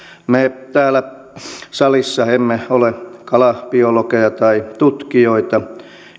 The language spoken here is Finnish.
me täällä salissa emme ole kalabiologeja tai tutkijoita